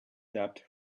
tapped